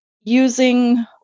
using